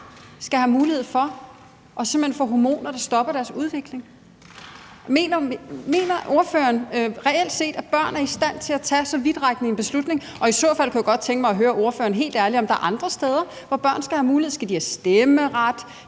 skal have mulighed for at få hormoner, som simpelt hen stopper deres udvikling? Mener ordføreren reelt set, at børn er i stand til at tage så vidtrækkende en beslutning? Og i så fald vil jeg gerne høre ordføreren, om der er andre steder, hvor børn skal have muligheder – skal de have stemmeret;